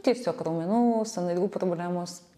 tiesiog raumenų sąnarių problemos